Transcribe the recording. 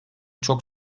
çok